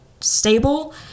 stable